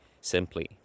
simply